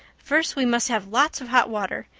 first we must have lots of hot water.